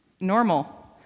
normal